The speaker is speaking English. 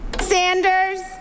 Sanders